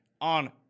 on